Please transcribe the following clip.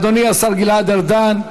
אדוני השר גלעד ארדן,